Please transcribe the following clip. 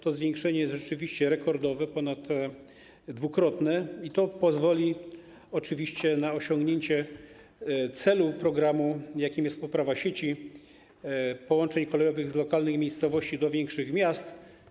To zwiększenie jest rzeczywiście rekordowe, ponaddwukrotne, co pozwoli oczywiście na osiągnięcie celu programu, jakim jest poprawa sieci połączeń kolejowych z lokalnej miejscowości do większych miast.